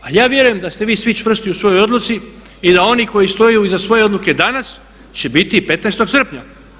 Pa ja vjerujem da ste vi svi čvrsti u svojoj odluci i da oni koji stoje iza svoje odluke danas će biti i 15. srpnja.